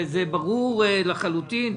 זה ברור לחלוטין.